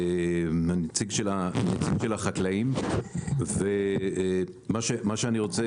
אני נציג של החקלאים ומה שאני רוצה